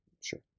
Sure